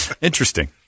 Interesting